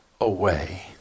away